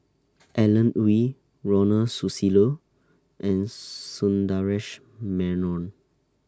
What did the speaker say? Alan Oei Ronald Susilo and Sundaresh Menon